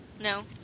No